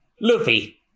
Luffy